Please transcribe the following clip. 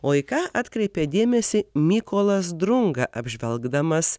o į ką atkreipė dėmesį mykolas drunga apžvelgdamas